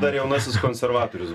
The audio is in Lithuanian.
dar jaunasis konservatorius